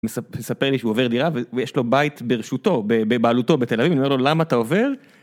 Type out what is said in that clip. מספר לי שהוא עובר דירה ויש לו בית ברשותו בבעלותו בתל אביב למה אתה עובר.